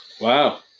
Wow